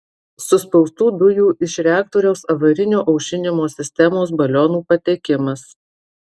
suspaustų dujų iš reaktoriaus avarinio aušinimo sistemos balionų patekimas